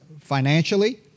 financially